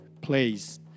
place